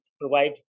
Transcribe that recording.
provide